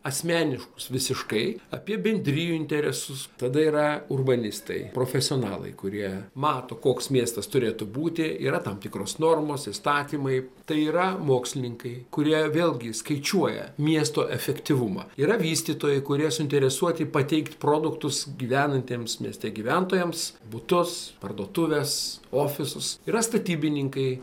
asmeniškus visiškai apie bendrijų interesus tada yra urbanistai profesionalai kurie mato koks miestas turėtų būti yra tam tikros normos įstatymai tai yra mokslininkai kurie vėlgi skaičiuoja miesto efektyvumą yra vystytojai kurie suinteresuoti pateikti produktus gyvenantiems mieste gyventojams butus parduotuves ofisus yra statybininkai